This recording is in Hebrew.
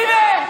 הינה,